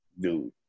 dude